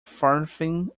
farthing